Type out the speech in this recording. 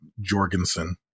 Jorgensen